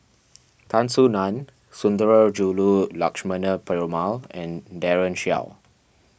Tan Soo Nan Sundarajulu Lakshmana Perumal and Daren Shiau